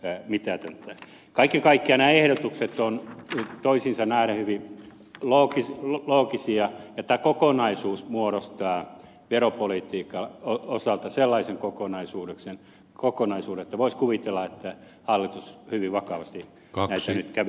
kaiken kaikkiaan nämä ehdotukset ovat toisiinsa nähden hyvin loogisia ja tämä kokonaisuus muodostaa veropolitiikan osalta sellaisen kokonaisuuden että voisi kuvitella että hallitus hyvin vakavasti näitä nyt kävisi läpi